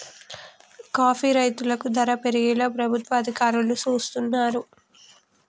coffee రైతులకు ధర పెరిగేలా ప్రభుత్వ అధికారులు సూస్తున్నారు